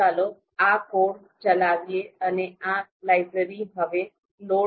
તો ચાલો આ કોડ ચલાવીએ અને આ લાઈબ્રેરી હવે લોડ થઈ ગઈ છે